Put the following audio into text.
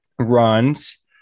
runs